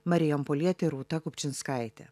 marijampolietė rūta kupčinskaitė